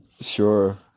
sure